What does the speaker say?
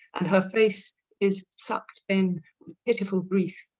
and her face is sucked in with pitiful grief.